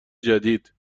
جدید